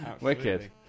Wicked